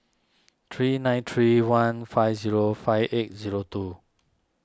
three nine three one five zero five eight zero two